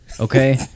Okay